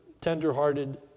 tender-hearted